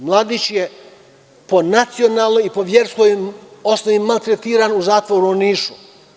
Mladić je po nacionalnoj i verskoj osnovi maltretiran u zatvoru u Nišu.